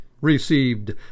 received